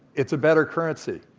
it's a better currency.